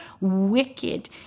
wicked